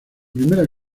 primera